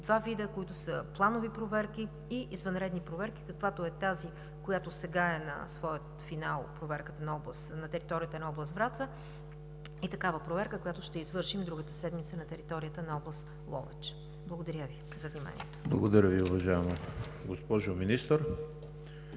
два вида, които са: планови и извънредни проверки, каквато е тази, която сега е на своя финал – проверката на територията на област Враца, и такава проверка, която ще извършим другата седмица на територията на област Ловеч. Благодаря Ви за вниманието. ПРЕДСЕДАТЕЛ ЕМИЛ ХРИСТОВ: Благодаря Ви, уважаема госпожо Министър.